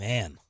Man